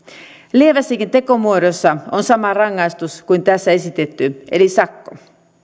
lievässäkin tekomuodossa on sama rangaistus kuin tässä esitetty eli sakko